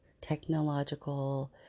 technological